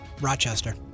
Rochester